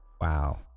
Wow